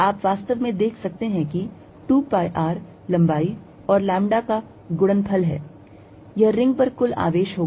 आप वास्तव में देख सकते हैं कि 2 pi R लंबाई और lambda का गुणनफल है यह रिंग पर कुल आवेश होगा